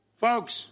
Folks